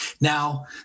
Now